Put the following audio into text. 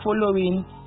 following